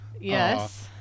yes